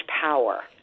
power